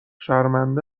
شرمنده